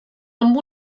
amb